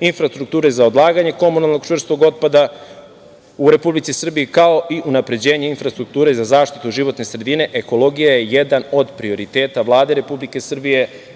infrastrukture za odlaganje komunalnog čvrstog otpada u Republici Srbiji, kao i unapređenje infrastrukture za zaštitu životne sredine. Ekologija je jedan od prioriteta Vlade Republike Srbije